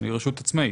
היא רשות עצמאית.